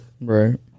Right